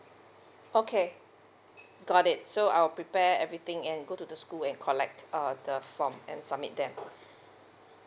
okay got it so I'll prepare everything and go to the school and collect uh the form and submit them